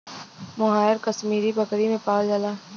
मोहायर कशमीरी बकरी से पावल जाला